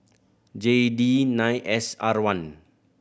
J D nine S R one